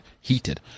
heated